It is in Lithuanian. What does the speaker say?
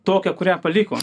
tokią kurią paliko